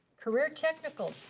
career technical,